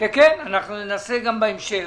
אנחנו ננסה גם בהמשך.